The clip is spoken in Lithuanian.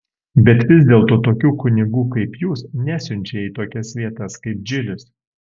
bet vis dėlto tokių kunigų kaip jūs nesiunčia į tokias vietas kaip džilis